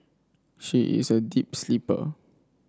she is a deep sleeper